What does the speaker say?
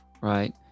Right